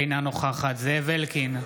אינה נוכחת זאב אלקין,